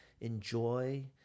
enjoy